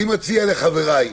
אני מציע לחבריי,